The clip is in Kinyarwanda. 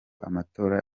amatora